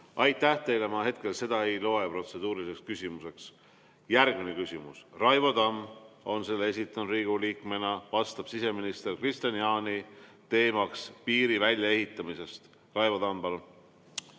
Aitäh teile! Ma hetkel seda ei loe protseduuriliseks küsimuseks. Järgmine küsimus, Raivo Tamm on selle esitanud Riigikogu liikmena, vastab siseminister Kristian Jaani, teema on piiri väljaehitamine. Raivo Tamm, palun!